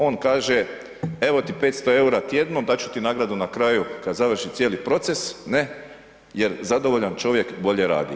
On kaže evo 500 eura tjedno dat ću ti nagradu na kraju kada završi cijeli proces, ne, jer zadovoljan čovjek bolje radi.